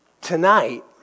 tonight